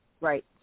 Right